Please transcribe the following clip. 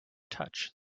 touch